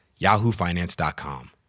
yahoofinance.com